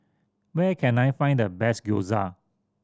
where can I find the best Gyoza